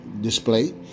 display